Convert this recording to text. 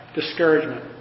discouragement